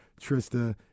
Trista